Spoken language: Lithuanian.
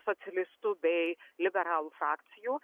socialistų bei liberalų frakcijų